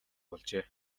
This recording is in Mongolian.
болжээ